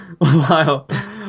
Wow